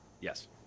Yes